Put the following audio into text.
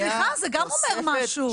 סליחה, זה גם אומר משהו.